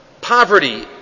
Poverty